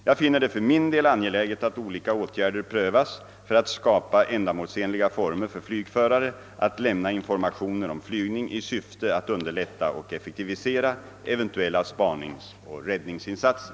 Jag finner det för min del angeläget att olika åtgärder prövas för att skapa ändamålsenliga former för flygförare att lämna informationer om flygning i syfte att underlätta och effektivisera eventuella spaningsoch räddningsinsatser.